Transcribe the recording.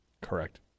Correct